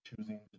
choosing